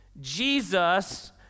Jesus